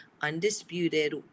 undisputed